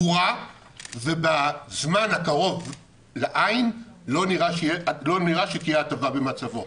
הורע ובזמן הקרוב לעין לא נראה שתהיה הטבה במצבו.